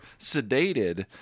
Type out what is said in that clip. sedated